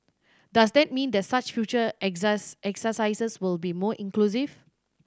does that mean that such future exercise exercises will be more inclusive